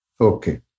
Okay